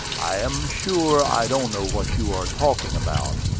i am sure i don't know what you are talking about.